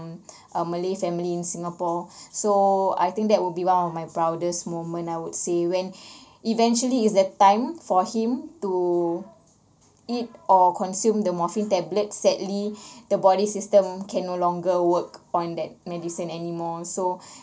um a malay family in singapore so I think that would be one of my proudest moment I would say when eventually is the time for him to eat or consume the morphine tablet sadly the body system can no longer work upon that medicine anymore so